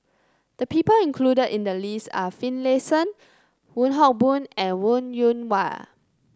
the people included in the list are Finlayson Wong Hock Boon and Wong Yoon Wah